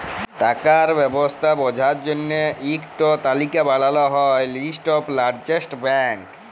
টাকার ব্যবস্থা বঝার জল্য ইক টো তালিকা বানাল হ্যয় লিস্ট অফ লার্জেস্ট ব্যাঙ্ক